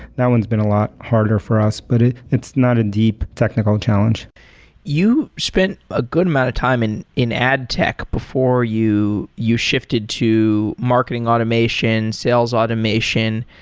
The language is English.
that one's been a lot harder for us, but it's not a deep technical challenge you spent a good amount of time in in ad tech before you you shifted to marketing automation, sales automation.